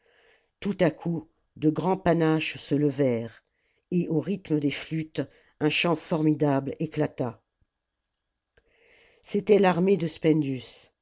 tout à coup de grands panaches se levèrent et au rythme des flûtes un chant formidable éclata c'était l'armée de